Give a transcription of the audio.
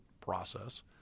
process